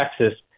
Texas